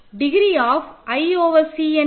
degree of i over C என்ன